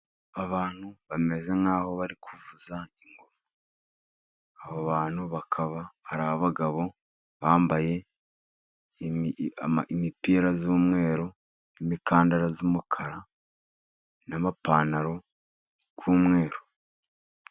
Abantu bameze nk'aho bari kuvuza ingoma. Abo bantu bakaba ari abagabo bambaye imipira y'umweru, imikandara y'umukara n'amapantaro y'umweru.